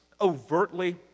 overtly